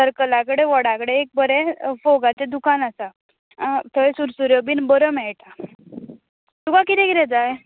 सर्कला कडेन वडा कडेन एक बरें फोगाचें दुकान आसा थंय सुरसुऱ्यो बीन बऱ्यो मेळटा तुका कितें कितें जाय